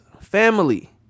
family